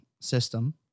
system